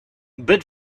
but